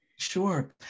Sure